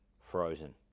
frozen